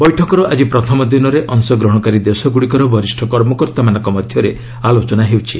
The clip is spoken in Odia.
ବୈଠକର ଆଜି ପ୍ରଥମ ଦିନରେ ଅଂଶଗ୍ରହଣକାରୀ ଦେଶଗୁଡ଼ିକର ବରିଷ୍ଠ କର୍ମକର୍ତ୍ତାମାନଙ୍କ ମଧ୍ୟରେ ଆଲୋଚନା ହେଉଛି